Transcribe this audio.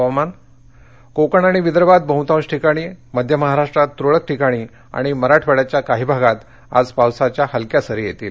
हवामान कोकण आणि विदर्भात बह्तांश ठिकाणी मध्य महाराष्ट्रात तुरळक ठिकाणी आणि मराठवाङ्याच्या काही भागात आज पावसाच्या हलक्या सरी येतील